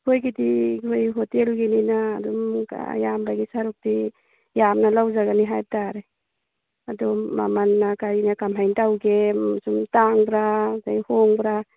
ꯑꯩꯈꯣꯏꯒꯤꯗꯤ ꯅꯣꯏ ꯍꯣꯇꯦꯜꯒꯤꯅꯤꯅ ꯑꯗꯨꯝ ꯑꯌꯥꯝꯕꯒꯤ ꯁꯔꯨꯛꯇꯤ ꯌꯥꯝꯅ ꯂꯧꯖꯒꯅꯤ ꯍꯥꯏꯇꯥꯔꯦ ꯑꯗꯨ ꯃꯃꯟꯅ ꯀꯔꯤꯅ ꯀꯃꯥꯏꯅ ꯇꯧꯒꯦ ꯁꯨꯝ ꯇꯥꯡꯕ꯭ꯔꯥ ꯑꯗꯒꯤ ꯍꯣꯡꯕ꯭ꯔꯥ